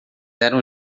eram